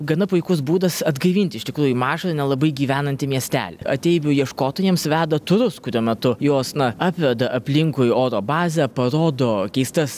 gana puikus būdas atgaivinti iš tikrųjų mažą nelabai gyvenantį miestelį ateivių ieškotojams veda turus kurių metu juos na apveda aplinkui oro bazę parodo keistas